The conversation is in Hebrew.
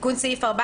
"תיקון סעיף 14